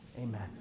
amen